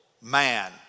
man